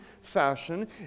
fashion